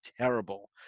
terrible